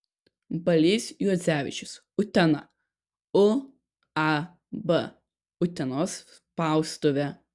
balys juodzevičius utena uab utenos spaustuvė